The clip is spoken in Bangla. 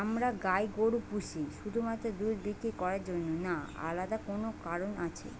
আমরা গাই গরু পুষি শুধুমাত্র দুধ বিক্রি করার জন্য না আলাদা কোনো কারণ আছে?